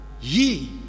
ye